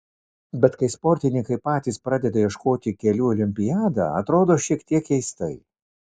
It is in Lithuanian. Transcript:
bet kai sportininkai patys pradeda ieškoti kelių į olimpiadą atrodo šiek tiek keistai